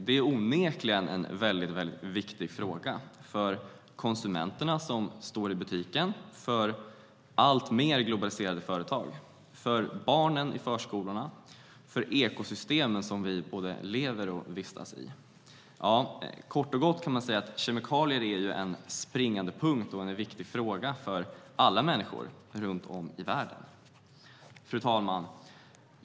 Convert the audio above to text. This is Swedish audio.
Det är onekligen en viktig fråga för konsumenterna i butikerna, för våra alltmer globaliserade företag, för barnen i förskolorna och för ekosystemen vi lever och vistas i. Ja, kort och gott är kemikalier en springande punkt och en viktig fråga för alla människor runt om i världen. Fru talman!